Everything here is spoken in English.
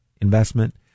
investment